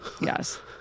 yes